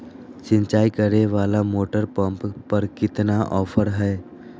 सिंचाई करे वाला मोटर पंप पर कितना ऑफर हाय?